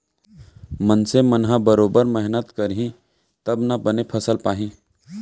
मनसे मन ह बरोबर मेहनत करही तब ना बने फसल पाही